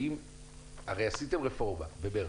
הרי עשיתם רפורמה במארס,